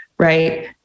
right